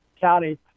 County